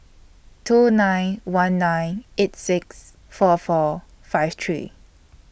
two nine one nine eight six four four five three